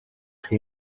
chi